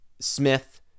Smith